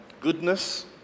goodness